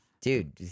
Dude